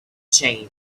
change